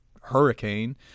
Hurricane